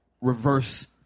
reverse